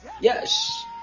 Yes